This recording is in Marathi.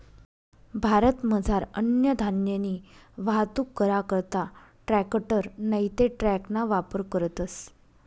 भारतमझार अन्नधान्यनी वाहतूक करा करता ट्रॅकटर नैते ट्रकना वापर करतस